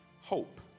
hope